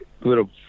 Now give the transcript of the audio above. little